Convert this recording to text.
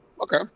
Okay